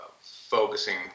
focusing